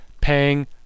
paying